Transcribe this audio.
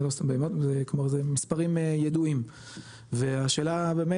כלומר זה מספרים ידועים והשאלה באמת,